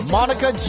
Monica